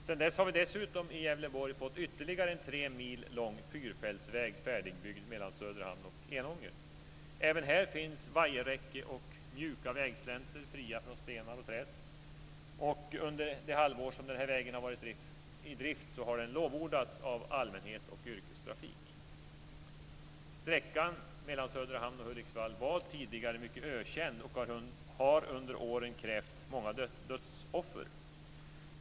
Sedan dess har vi dessutom i Gävleborg fått ytterligare en tre mil lång fyrfältsväg färdigbyggd mellan Söderhamn och Enånger. Även där finns vajerräcke och mjuka vägslänter fria från stenar och träd. Och under det halvår som denna väg har varit i drift så har den lovordats av allmänhet och yrkestrafik. Sträckan mellan Söderhamn och Hudiksvall var tidigare ökänd och har under åren krävt många dödsoffer.